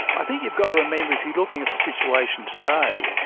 i think you've got to remember if you're looking at the situation today,